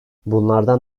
bunlardan